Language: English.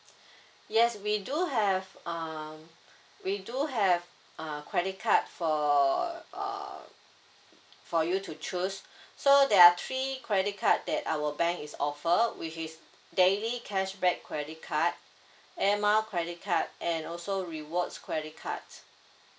yes we do have um we do have uh credit card for err for you to choose so there are three credit card that our bank is offer which is daily cashback credit card air mile credit card and also rewards credit card